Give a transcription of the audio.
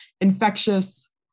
infectious